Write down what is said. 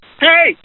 Hey